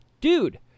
dude